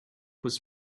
was